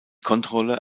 kontrolle